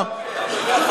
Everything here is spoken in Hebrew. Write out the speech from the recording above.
אתה יודע,